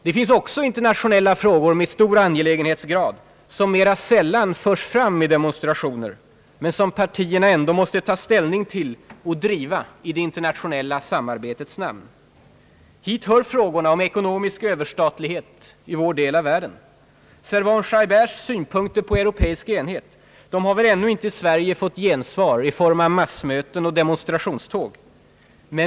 Det finns också internationella frågor med stor angelägenhet som mera sällan förs fram i demonstrationer men som partierna ändå måste ta ställning till och driva i det internationella samarbetets namn. Hit hör frågorna om ekonomisk överstatlighet i vår del av världen. Servan-Schreibers synpunkter på europeisk enhet har väl ännu inte i Sverige fått gensvar i form av massmöten och demonstrationståg.